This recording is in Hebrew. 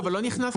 לא,